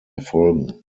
erfolgen